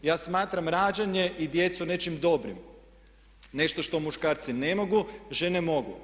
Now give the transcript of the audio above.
Ja smatram rađanje i djecu nečim dobrim, nešto što muškarci ne mogu a žene mogu.